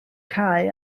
cae